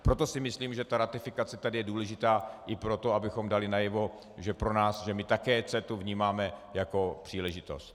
Proto si myslím, že ta ratifikace je důležitá i proto, abychom dali najevo, že my také CETA vnímáme jako příležitost.